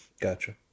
Gotcha